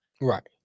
right